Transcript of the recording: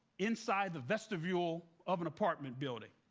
inside the vestibule of an apartment building.